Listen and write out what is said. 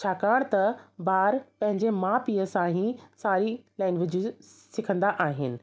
छाकाणि त बार पंहिंजे माउ पीउ सां ई सारी लैंग्विजिस सिखंदा आहिनि